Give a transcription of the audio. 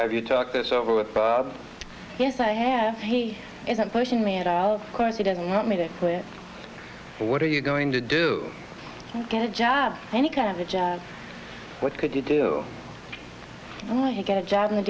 have you talked this over with bob yes i have he isn't pushing me it out of course he doesn't want me to quit what are you going to do to get a job any kind of a job what could you do when i get a job in a